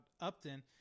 Upton